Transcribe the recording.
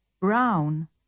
Brown